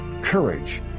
courage